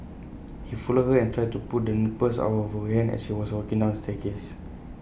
he followed her and tried to pull the purse out of her hand as she was walking down the staircase